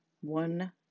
one